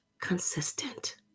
consistent